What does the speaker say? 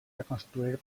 reconstruir